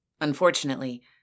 Unfortunately